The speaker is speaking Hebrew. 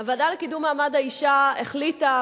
הוועדה לקידום מעמד האשה החליטה,